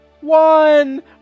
One